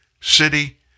city